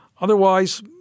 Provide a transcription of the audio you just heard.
Otherwise